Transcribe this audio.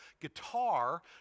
guitar